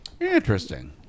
Interesting